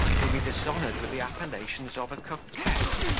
whom he dishonoured with the appellations of a coquette,